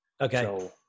Okay